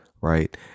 Right